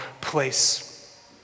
place